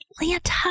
Atlanta